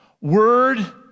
word